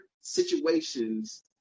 situations